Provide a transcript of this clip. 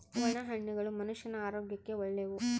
ಒಣ ಹಣ್ಣುಗಳು ಮನುಷ್ಯನ ಆರೋಗ್ಯಕ್ಕ ಒಳ್ಳೆವು